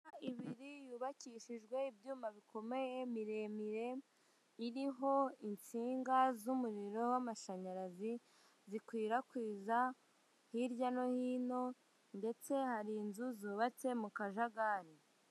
Ibiri yubakishijwe ibyuma bikomeye ,miremire iriho intsinga z'umuriro w'amashanyarazi zikwirakwiza hirya no hino ndetse hari n'inzu zubatse mu kajagari.